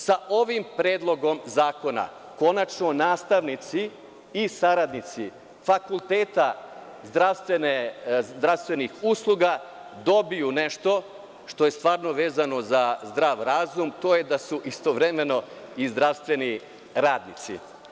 Sa ovim predlogom zakona konačno nastavnici i saradnici fakulteta zdravstvenih usluga dobijaju nešto što je stvarno vezano za zdrav razum, a to je da su istovremeno i zdravstveni radnici.